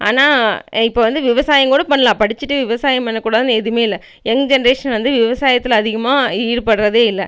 ஆனால் இப்போ வந்து விவசாயம் கூட பண்ணலாம் படிச்சிவிட்டு விவசாயம் பண்ணக் கூடாதுன்னு எதுவுமே இல்லை யங்க் ஜென்ட்ரேஷன் வந்து விவசாயத்தில் அதிகமாக ஈ ஈடுபட்றதே இல்லை